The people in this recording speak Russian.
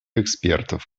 экспертов